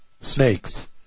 snakes